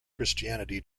christianity